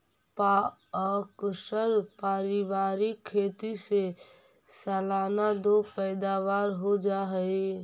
प्अक्सर पारिवारिक खेती से सालाना दो पैदावार हो जा हइ